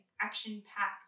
action-packed